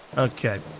okay.